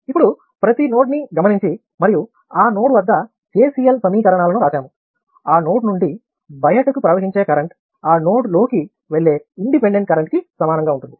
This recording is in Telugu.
ఇప్పుడు ప్రతి నోడ్ని గమనించి మరియు ఆ నోడ్ వద్ద KCL సమీకరణాలను రాశాము ఆ నోడ్ నుండి బయటకి ప్రవహించే కరెంట్ ఆ నోడ్లోకి వెళ్లే ఇండిపెండెంట్ కరెంట్ కి సమానంగా ఉంటుంది